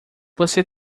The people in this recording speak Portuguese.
você